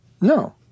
No